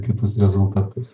kitus rezultatus